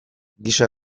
gisa